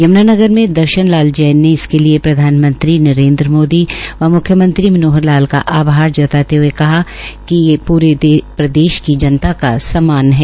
यम्नानगर में दर्शन लाल जैन ने इसके लिय प्रधानमंत्री नरेन्द्र मोदी व म्ख्यमंत्री मनोहर लाल का आभार जताते हये कहा है कि ये पूरे प्रदेश की जनता का सम्मान है